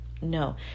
No